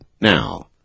now